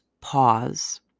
pause